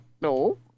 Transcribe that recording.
no